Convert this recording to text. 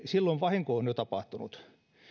silloin vahinko on jo tapahtunut